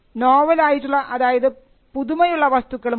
novel ആയിട്ടുള്ള അതായത് അത് പുതുമയുള്ള വസ്തുക്കളും ഉണ്ട്